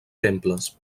temples